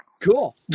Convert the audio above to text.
cool